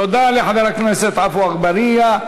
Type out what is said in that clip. תודה לחבר הכנסת עפו אגבאריה.